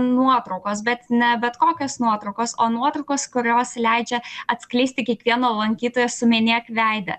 nuotraukos bet ne bet kokios nuotraukos o nuotraukos kurios leidžia atskleisti kiekvieno lankytojo sumenėk veidą